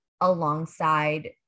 alongside